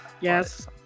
yes